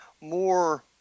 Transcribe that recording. more